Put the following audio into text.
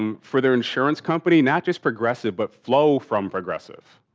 um for their insurance company, not just progressive, but flo from progressive.